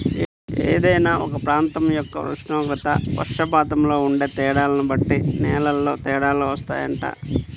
ఏదైనా ఒక ప్రాంతం యొక్క ఉష్ణోగ్రత, వర్షపాతంలో ఉండే తేడాల్ని బట్టి నేలల్లో తేడాలు వత్తాయంట